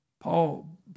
Paul